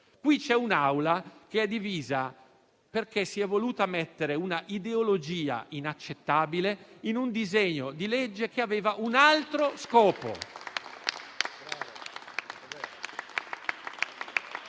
Qui c'è un'Assemblea che è divisa perché si è voluta inserire una ideologia inaccettabile in un disegno di legge che aveva un altro scopo.